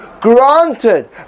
granted